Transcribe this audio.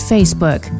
Facebook